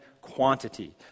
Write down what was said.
quantity